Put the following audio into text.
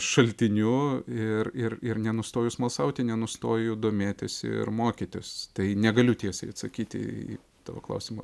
šaltiniu ir ir ir nenustoju smalsauti nenustoju domėtis ir mokytis tai negaliu tiesiai atsakyti į tavo klausimą